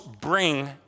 bring